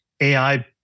AI